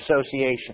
Association